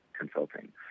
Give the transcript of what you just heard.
consulting